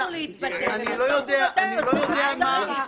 אני רוצה לשמוע.